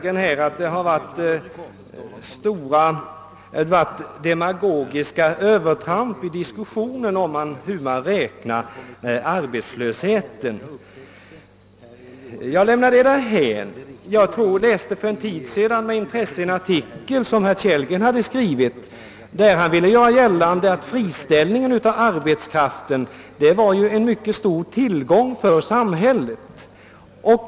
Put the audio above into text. Han påstår att det har varit stora demagogiska övertramp i diskussionen om hur man räknar arbetslösheten, men det lämnar jag därhän. Jag läste för en tid sedan med intresse en artikel av herr Kellgren där han ville göra gällande att friställningen av arbetskraften var en mycket stor tillgång för samhället.